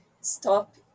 stop